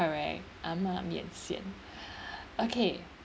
~orrect ah ma mian xian okay